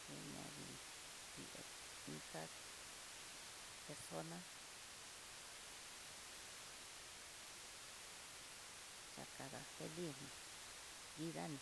kuñadii ihó ká'a persona xa kada feliz vida no.